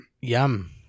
yum